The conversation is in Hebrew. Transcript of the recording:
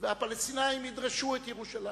והפלסטינים ידרשו את ירושלים?